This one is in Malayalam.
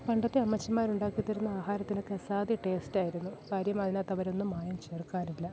പണ്ടത്തെ അമ്മച്ചിമാര് ഉണ്ടാക്കി തരുന്ന ആഹാരത്തിനൊക്കെ അസാധ്യ ടേസ്റ്റായിരുന്നു കാര്യം അതിനകത്ത് അവരൊന്നും മായം ചേർക്കാറില്ല